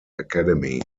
academy